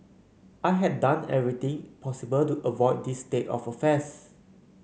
I had done everything possible to avoid this state of affairs